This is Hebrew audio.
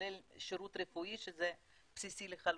כולל שירות רפואי שזה בסיסי לחלוטין.